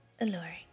alluring